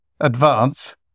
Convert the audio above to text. advance